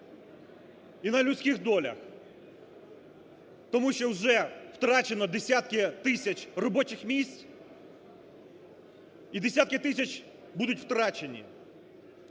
і на людських долях. Тому що вже втрачено десятки тисяч робочих місць і десятки тисяч будуть втрачені.